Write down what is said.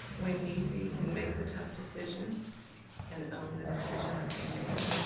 when need be, can make the tough decisions and own the decision that they made.